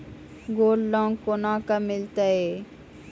Gold loan कोना के मिलते यो?